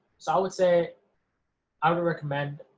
so i would say i would recommend